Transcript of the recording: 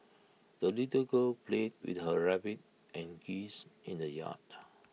the little girl played with her rabbit and geese in the yard